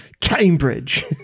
Cambridge